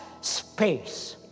space